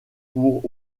pour